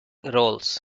roles